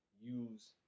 use